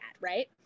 Right